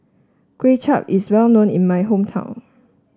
Kway Chap is well known in my hometown